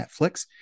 Netflix